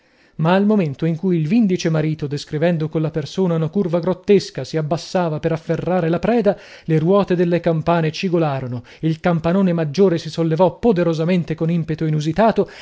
ma al momento in cui il vindice marito descrivendo colla persona una curva grottesca si abbassava per afferrare la preda le ruote delle campane cigolarono il campanone maggiore si sollevò poderosamente con impeto inusitato